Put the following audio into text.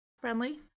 friendly